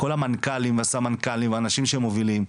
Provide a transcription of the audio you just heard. כל המנכ"לים והסמנכ"לים והאנשים שמובילים,